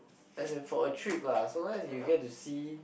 as a for a trip lah so long you get to see